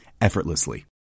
effortlessly